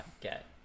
get